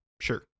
sure